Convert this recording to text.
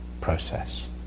process